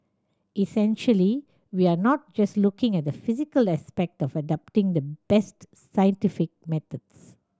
essentially we are not just looking at the physical aspect of adopting the best scientific methods